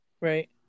Right